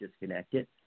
disconnected